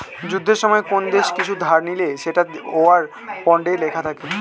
যুদ্ধের সময়ে কোন দেশ কিছু ধার নিলে সেটা ওয়ার বন্ডে লেখা থাকে